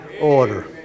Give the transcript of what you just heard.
order